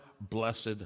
blessed